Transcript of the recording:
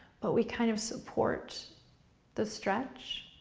but we kind of support the stretch.